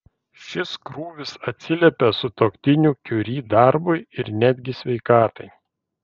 šis krūvis atsiliepia sutuoktinių kiuri darbui ir netgi sveikatai